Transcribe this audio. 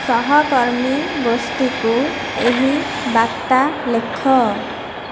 ସହକର୍ମୀ ଗୋଷ୍ଠୀକୁ ଏହି ବାର୍ତ୍ତା ଲେଖ